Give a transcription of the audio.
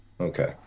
Okay